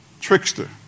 trickster